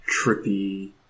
trippy